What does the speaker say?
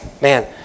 man